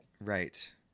right